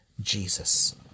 Jesus